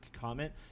comment